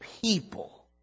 people